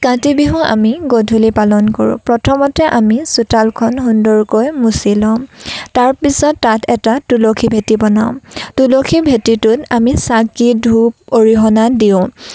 কাতি বিহু আমি গধূলি পালন কৰোঁ প্ৰথমতে আমি চোতালখন সুন্দৰকৈ মুচি লম তাৰপিছত তাত এটা তুলসী ভেটি বনাম তুলসী ভেটিটোত আমি চাকি ধূপ অৰিহণা দিওঁ